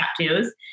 tattoos